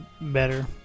better